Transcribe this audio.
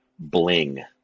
bling